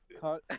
cut